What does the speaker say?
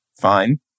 Fine